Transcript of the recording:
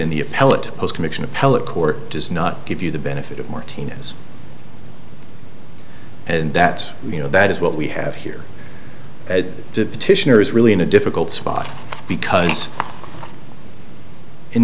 appellate court does not give you the benefit of martinez and that you know that is what we have here that the petitioner is really in a difficult spot because in